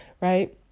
Right